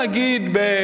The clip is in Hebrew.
נגיד,